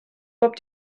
bob